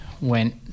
went